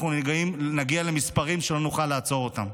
אנחנו נגיע למספרים שלא נוכל לעצור אותם.